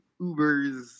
ubers